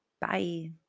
Bye